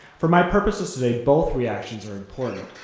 for my purposes today, both reactions are important.